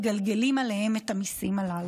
מגלגלים עליו את המיסים הללו.